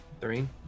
Three